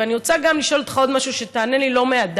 ואני רוצה גם לשאול אותך עוד משהו שתענה לי לא מהדף,